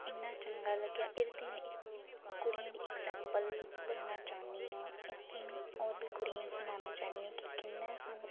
इ'न्ना चंगा लग्गेआ एह्दे ताहीं में कुड़ियें दी एग्जांपल बनना चाहन्नीं आं इस देई में होर बी कुड़िये ई सनाना चाहन्नीं आं की कि'यां सानूं